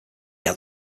had